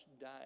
died